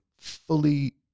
fully